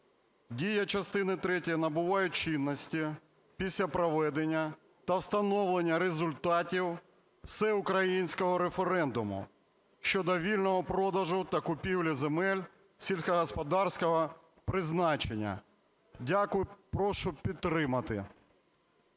"Дія частини третьої набуває чинності після проведення та встановлення результатів всеукраїнського референдуму щодо вільного продажу та купівлі земель сільськогосподарського призначення". Дякую. Прошу підтримати.